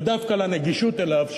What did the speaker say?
ודווקא לנגישות שלו,